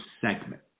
segment